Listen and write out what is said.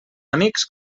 amics